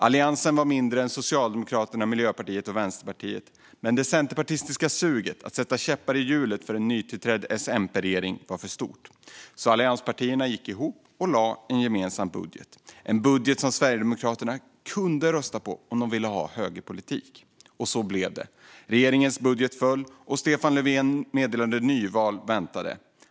Alliansen var mindre än Socialdemokraterna, Miljöpartiet och Vänsterpartiet. Men det centerpartistiska suget att sätta käppar i hjulet för en nytillträdd S-MP-regering var för stort, så allianspartierna gick ihop och lade fram en gemensam budget. Det var en budget som Sverigedemokraterna kunde rösta på om de ville ha högerpolitik. Och så blev det. Regeringens budget föll, och Stefan Löfven meddelade att nyval väntade.